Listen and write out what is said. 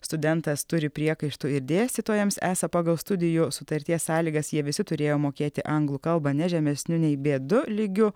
studentas turi priekaištų ir dėstytojams esą pagal studijų sutarties sąlygas jie visi turėjo mokėti anglų kalbą ne žemesniu nei b du lygiu